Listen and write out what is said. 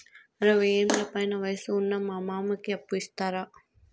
అరవయ్యేండ్ల పైన వయసు ఉన్న మా మామకి అప్పు ఇస్తారా